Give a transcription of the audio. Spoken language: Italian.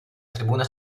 tribuna